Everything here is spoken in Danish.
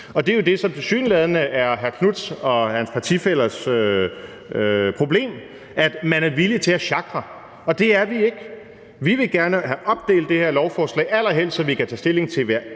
det er jo det, som tilsyneladende er hr. Marcus Knuth og hans partifællers problem: at man er villig til at sjakre. Det er vi ikke. Vi vil gerne have opdelt det her lovforslag, allerhelst så vi kan tage stilling til hver